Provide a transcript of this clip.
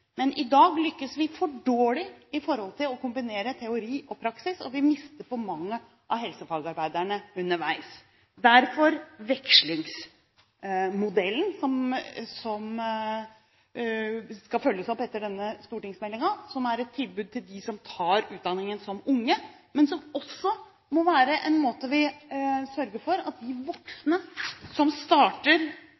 Men i dag lykkes vi for dårlig med å kombinere teori og praksis, og vi mister for mange av helsefagarbeiderne underveis. Derfor satser vi på vekslingsmodellen, som skal følge opp denne stortingsmeldingen, som er et tilbud til unge som tar utdanningen, men som også må være en måte å sørge for at